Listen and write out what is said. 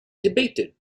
debated